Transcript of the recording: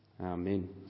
Amen